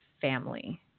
family